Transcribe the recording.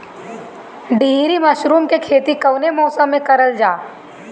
ढीघरी मशरूम के खेती कवने मौसम में करल जा?